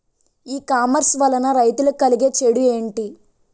ఈ కామర్స్ వలన రైతులకి కలిగే చెడు ఎంటి?